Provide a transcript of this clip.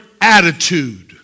attitude